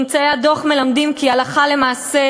"ממצאי הדוח מלמדים כי הלכה למעשה